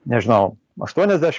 nežinau aštuoniasdešim